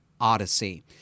odyssey